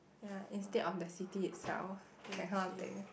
ya instead of the city itself that kind of thing